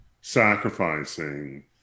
sacrificing